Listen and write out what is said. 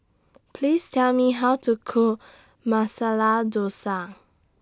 Please Tell Me How to Cook Masala Dosa